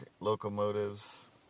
locomotives